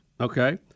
okay